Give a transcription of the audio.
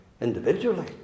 individually